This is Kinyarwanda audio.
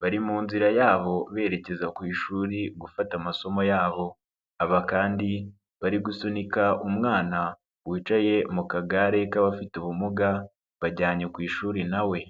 bari mu nzira yabo berekeza ku ishuri gufata amasomo yabo, aba kandi bari gusunika umwana wicaye mu kagare k'abafite ubumuga, bajyanye ku ishuri na we.